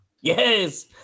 Yes